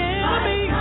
enemy